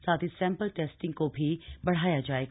साथ ही sample testing को भी बढ़ाया जायेगा